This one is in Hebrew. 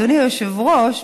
אדוני היושב-ראש,